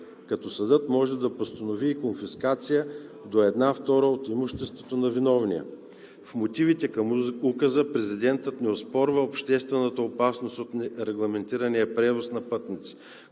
като съдът може да постанови и конфискация до една втора от имуществото на виновния. В мотивите към указа президентът не оспорва обществената опасност от нерегламентирания превоз на пътници,